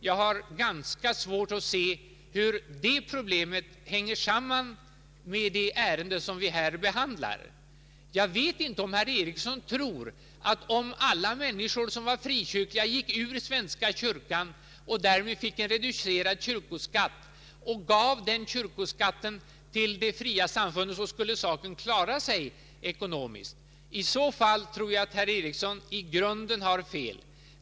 Jag har ganska svårt att inse hur det problemet hänger samman med det ärende vi nu behandlar. Jag vet inte om herr Ericsson tror att saken skulle vara klar ekonomiskt sett om alla som är frikyrkliga gick ur svenska kyrkan, fick en reducerad kyrkoskatt och gav det beloppet till de fria samfunden. I så fall tror jag att herr Ericsson i grunden har fel.